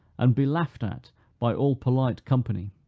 and be laughed at by all polite company.